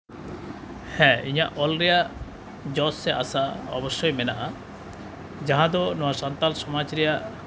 ᱦᱮᱸ ᱤᱧᱟᱹᱜ ᱚᱞ ᱨᱮᱭᱟᱜ ᱡᱚᱥ ᱥᱮ ᱟᱥᱟ ᱚᱵᱚᱥᱥᱳᱭ ᱢᱮᱱᱟᱜᱼᱟ ᱡᱟᱦᱟᱸ ᱫᱚ ᱱᱚᱣᱟ ᱥᱟᱱᱛᱟᱲ ᱥᱚᱢᱟᱡᱽ ᱨᱮᱭᱟᱜ